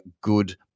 good